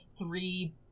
three